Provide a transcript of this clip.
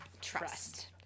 Trust